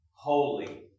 holy